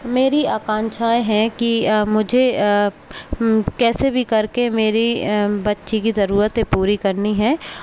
मेरी आकांक्षाएं हैं कि मुझे कैसे भी करके मेरी बच्ची की ज़रूरतें पूरी करनी हैं